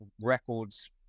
records